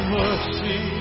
mercy